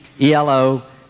ELO